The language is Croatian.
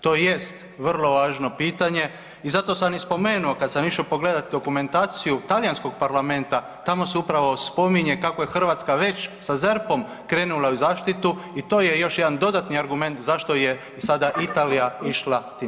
To jest vrlo važno pitanje i zato sam i spomenuo kada sam išao pogledati dokumentaciju talijanskog parlamenta tamo se upravo spominje kako je Hrvatska već sa ZERP-om krenula u zaštitu i to je još jedan dodatni argument zašto je sada Italija išla tim smjerom.